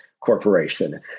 corporation